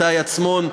איתי עצמון,